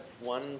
one